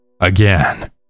Again